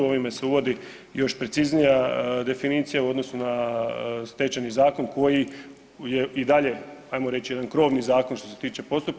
Ovime se uvodi još preciznija definicija u odnosu na Stečajni zakon koji je i dalje, ajmo reći jedan krovni zakon što se tiče postupka.